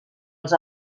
els